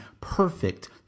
perfect